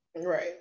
right